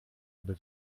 aby